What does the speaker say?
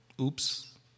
Oops